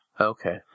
Okay